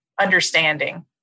understanding